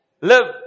live